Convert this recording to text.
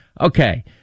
Okay